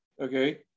okay